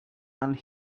and